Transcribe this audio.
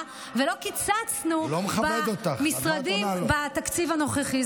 ולא קיצצנו במשרדים בתקציב הנוכחי.